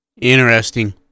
Interesting